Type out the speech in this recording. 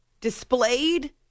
displayed